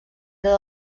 era